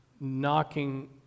knocking